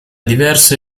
diverse